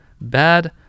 bad